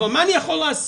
אבל מה אני יכול לעשות,